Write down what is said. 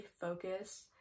focus